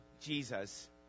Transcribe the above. Jesus